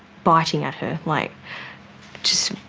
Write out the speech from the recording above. biting at her, like just.